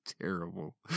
terrible